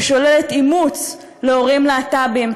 ששוללת אימוץ להורים להט"בים,